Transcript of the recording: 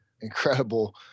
incredible